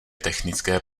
technické